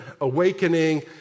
awakening